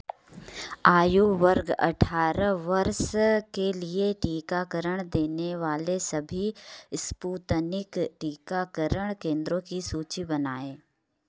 आयु वर्ग अठारह वर्ष के लिए टीकाकरण देने वाले सभी इस्पुतनिक टीकाकरण केंद्रो की सूची बनाएँ